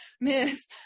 Miss